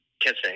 kissing